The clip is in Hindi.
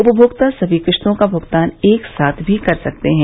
उपभोक्ता सभी किस्तों का भुगतान एक साथ भी कर सकते हैं